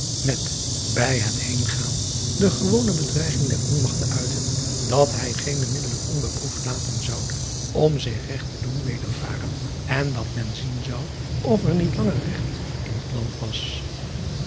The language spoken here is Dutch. met bij het heengaan de gewone bedreiging der onmagt te uiten dat hij geene middelen onbeproefd laten zoude om zich regt te doen wedervaren en dat men zien zou of er niet langer regt in t land was